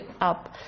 up